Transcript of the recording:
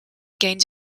gained